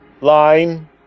Line